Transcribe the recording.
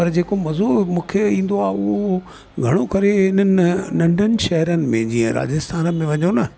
ऐं पर जेको मज़ो मूंखे ईंदो आहे उहो घणो करे इन्हनि नंढनि शहरनि में जीअं राजस्थान में वञो न